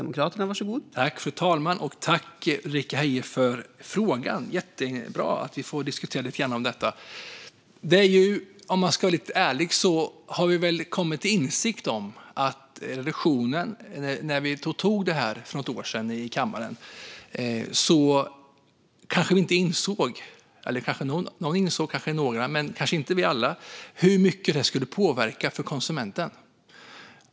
Fru talman! Tack, Ulrika Heie, för frågan! Det är jättebra att vi får diskutera detta lite. Om jag ska vara ärlig har vi kommit till insikt om att vi när beslutet om reduktionen togs i kammaren för något år sedan kanske inte insåg - några kanske insåg det men inte alla - hur mycket det skulle påverka konsumenten.